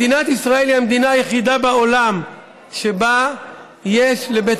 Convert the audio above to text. מדינת ישראל היא המדינה היחידה בעולם שבה יש לבית